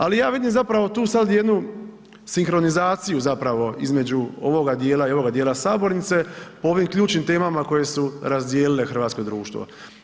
Ali, ja vidim zapravo tu sad jednu sinkronizaciju zapravo između ovoga dijela i ovoga dijela sabornice po ovim ključnim temama koje su razdijelile hrvatsko društvo.